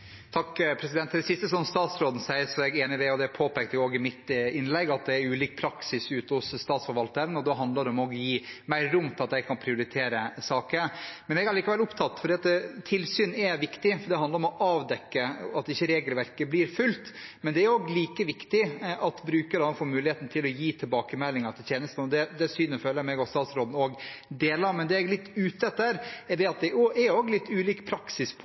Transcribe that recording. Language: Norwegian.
det siste som statsråden sa, og det påpekte jeg også i innlegget mitt. Det er ulik praksis blant statsforvalterne, og da handler det om å gi mer rom for at de skal kunne prioritere saker. Tilsyn er viktig. Det handler om å oppdage om et regelverk ikke blir fulgt. Men det er like viktig at brukerne får mulighet til å gi tilbakemeldinger til tjenestene. Dette opplever jeg at statsråden og jeg deler syn på. Men det er litt ulik praksis på dette området – bl.a. på sykehus og i kommunehelsetjenesten – med hensyn til hvordan en faktisk følger opp den rettigheten man har i henhold til pasient- og